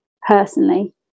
personally